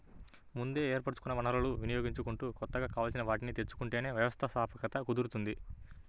ముందే ఏర్పరచుకున్న వనరులను వినియోగించుకుంటూ కొత్తగా కావాల్సిన వాటిని తెచ్చుకుంటేనే వ్యవస్థాపకత కుదురుతుంది